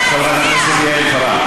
חברת הכנסת יעל פארן,